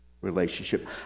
relationship